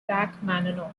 rachmaninoff